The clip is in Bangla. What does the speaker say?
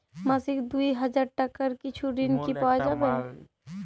মাসিক দুই হাজার টাকার কিছু ঋণ কি পাওয়া যাবে?